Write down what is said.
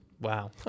Wow